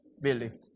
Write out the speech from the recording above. building